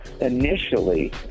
initially